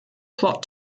plot